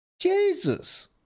Jesus